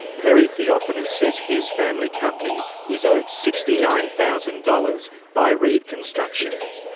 perry theophanous says his family company is owed sixty nine thousand dollars by reed constructions.